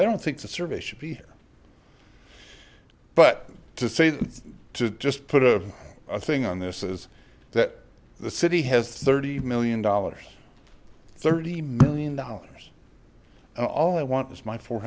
i don't think the survey should be here but to say that to just put a thing on this is that the city has thirty million dollars thirty million dollars all i want is my four